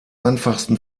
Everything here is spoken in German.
einfachsten